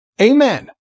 Amen